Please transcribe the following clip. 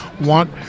want